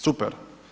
Super.